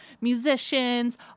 musicians